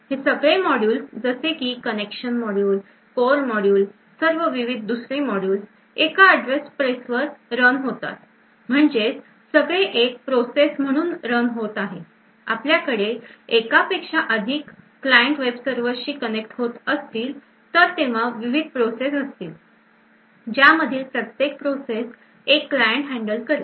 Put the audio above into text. हे सगळे मॉड्यूल्स जसे की connection module core module सर्व विविध दुसरे मॉड्यूल्स एका address space वर रन होतात म्हणजेच सगळे एकच प्रोसेस म्हणून रन होत आहे आपल्याकडे एकापेक्षा अधिक client वेब सर्वर शी connect होत असतील तर तेव्हा विविध प्रोसेस असतील ज्यामधील प्रत्येक प्रोसेस एक client handle करेल